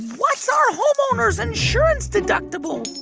what's our homeowner's insurance deductible?